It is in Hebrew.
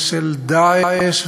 ושל "דאעש",